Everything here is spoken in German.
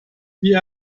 wie